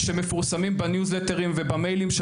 שמפורסמים בניוזלטרים ובמיילים של